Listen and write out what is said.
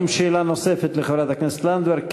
האם יש שאלה נוספת לחברת הכנסת לנדבר?